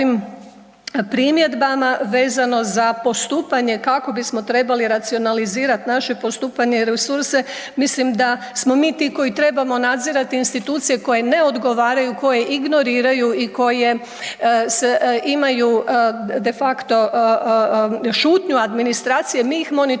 primjedbama vezano za postupanje kako bismo trebali racionalizirat naše postupanje i resurse, mislim da smo mi ti koji trebamo nadzirati institucije koje ne odgovaraju, koje ignoriraju i koje se, imaju de facto šutnju administracije, mi ih monitoriramo